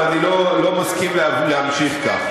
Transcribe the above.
אבל אני לא מסכים להמשיך כך.